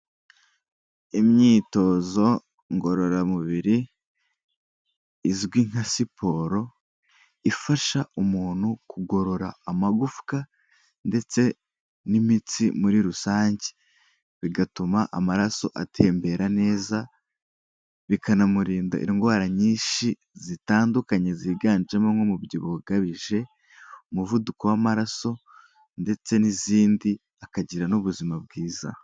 Imyitozo ngororamubiri izwi nka siporo, ifasha umuntu kugorora amagufwa ndetse n'imitsi muri rusange, bigatuma amaraso atembera neza, bikanamurinda indwara nyinshi zitandukanye, ziganjemo nk'umubyibuho ukabije, umuvuduko w'amaraso ndetse n'izindi akagira n'ubuzima bwiza.